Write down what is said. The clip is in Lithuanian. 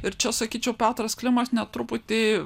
ir čia sakyčiau petras klimas net truputį